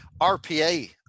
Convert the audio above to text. RPA